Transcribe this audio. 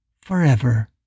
forever